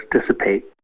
dissipate